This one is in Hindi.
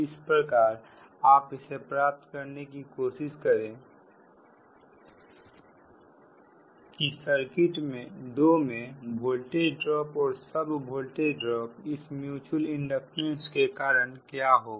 इस प्रकार आप इसे प्राप्त करने का कोशिश करें की सर्किट 2 में वोल्टेज ड्रॉप और सब वोल्टेज ड्रॉप इस म्युचुअल इंडक्टेंस के कारण क्या होगा